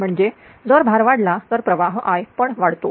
म्हणजे जर भार वाढला तर प्रवाह I पण वाढतो